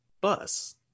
bus